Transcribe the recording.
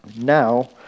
Now